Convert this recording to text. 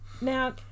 now